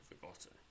forgotten